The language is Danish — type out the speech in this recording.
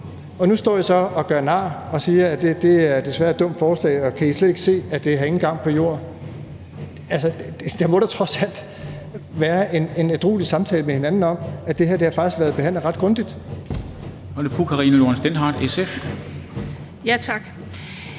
og nu står I så og gør nar af det og siger: Det er desværre et dumt forslag, kan I slet ikke se, at det ingen gang på jorden har? Der må da trods alt have været en ædruelig samtale om, at det her faktisk har været behandlet ret grundigt. Kl.